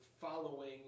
following